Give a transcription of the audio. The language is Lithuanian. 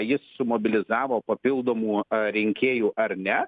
jis sumobilizavo papildomų rinkėjų ar ne